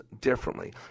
differently